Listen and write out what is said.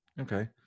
Okay